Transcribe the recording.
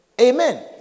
Amen